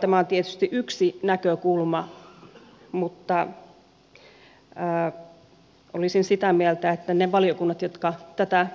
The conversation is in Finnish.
tämä on tietysti yksi näkökulma mutta olisin sitä mieltä että ne valiokunnat jotka tätä